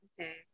Okay